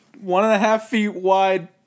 one-and-a-half-feet-wide